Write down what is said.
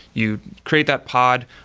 you create that pod,